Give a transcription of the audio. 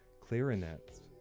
clarinets